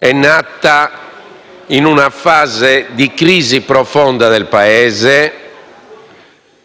sono nati in una fase di crisi profonda del Paese;